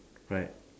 right